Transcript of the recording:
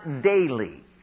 daily